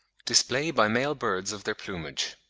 display by male birds of their plumage.